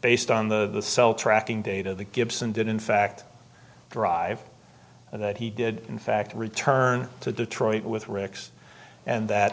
based on the cell tracking data the gibson did in fact drive that he did in fact return to detroit with rex and that